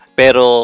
pero